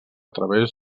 través